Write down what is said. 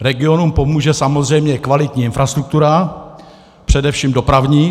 Regionům pomůže samozřejmě kvalitní infrastruktura, především dopravní.